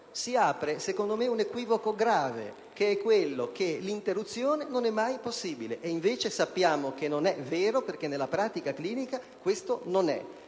si apre, secondo me, un equivoco grave per cui si intende che l'interruzione non è mai possibile. E invece sappiamo che non è vero perché nella pratica clinica questo non è.